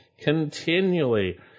continually